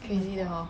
crazy hor